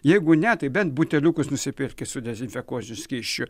jeigu ne tai bent buteliukus nusipirkit sudezinfekuosiu skysčiu